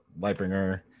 lightbringer